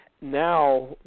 Now